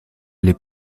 les